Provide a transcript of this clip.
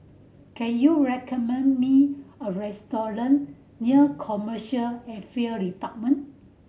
can you recommend me a restaurant near Commercial Affair Department